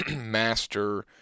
master